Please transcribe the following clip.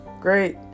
Great